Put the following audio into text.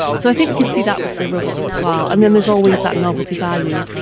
so i think we can see that with the robots as well. and then there's always that novelty value.